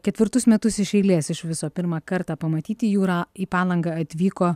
ketvirtus metus iš eilės iš viso pirmą kartą pamatyti jūrą į palangą atvyko